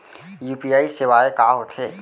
UPI सेवाएं का होथे?